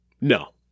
No